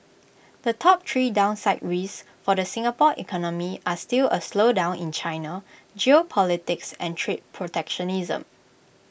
the top three downside risks for the Singapore economy are still A slowdown in China geopolitics and trade protectionism